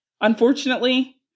unfortunately